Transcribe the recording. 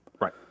Right